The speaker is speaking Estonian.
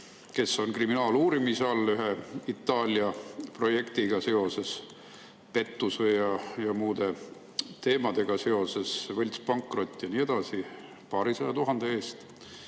kes on kriminaaluurimise all ühe Itaalia projektiga seoses, pettuse ja muude teemadega seoses, võltspankrot ja nii edasi, nõustavad paarisaja tuhande euro